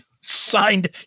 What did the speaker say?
signed